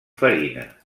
farina